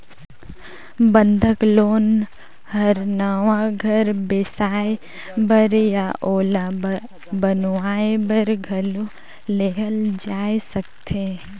बंधक लोन हर नवा घर बेसाए बर या ओला बनावाये बर घलो लेहल जाय सकथे